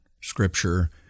Scripture